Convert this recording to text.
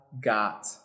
got